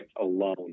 alone